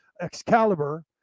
excalibur